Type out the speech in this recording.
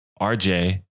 RJ